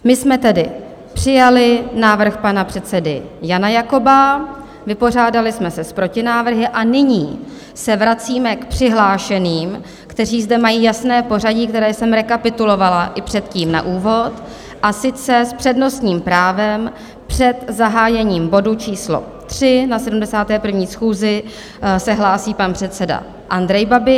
My jsme tedy přijali návrh pana předsedy Jana Jakoba, vypořádali jsme se s protinávrhy a nyní se vracíme k přihlášeným, kteří zde mají jasné pořadí, které jsem rekapitulovala i předtím na úvod, a sice s přednostním právem před zahájením bodu číslo tři na 71. schůzi se hlásí pan předseda Andrej Babiš.